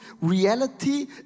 reality